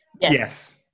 Yes